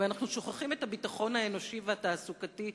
ושוכחים את הביטחון האנושי והתעסוקתי,